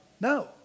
No